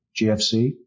GFC